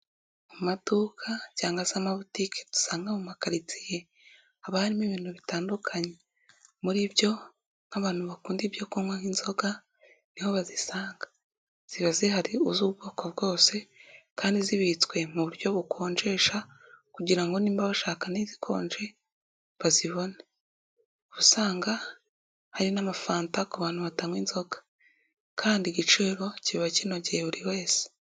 Mu maduka cyangwa se amabotike dusanga mu makaritsiye haba harimo ibintu bitandukanye. Muri byo nk'abantu bakunda ibyo kunywa nk'inzoga, niho bazisanga. Ziba zihari z'ubwoko bwose kandi zibitswe mu buryo bukonjesha, kugira niba bashaka n'izikonje bazibone. Uba usanga hari n'amafanta ku bantu batanywa inzoga. Kandi igiciro kiba kinogeye buri wese.